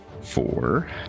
Four